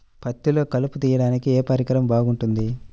పత్తిలో కలుపు తీయడానికి ఏ పరికరం బాగుంటుంది?